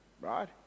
Right